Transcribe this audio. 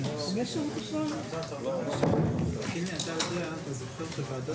הישיבה ננעלה בשעה